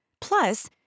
Plus